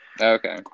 okay